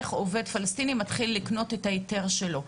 איך עובד פלסטיני מתחיל לקנות את ההיתר שלו,